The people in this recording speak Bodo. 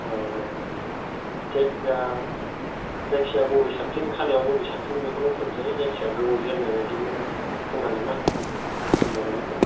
औ औ औ औ जायखिया जायखिया बबे साबसिन खानायाव बबे साबफिन बेखौनो फुनसै जायखिया गोबाव जोरनाय बायदिबो फुननागोनना फुनबाय नालाय फुन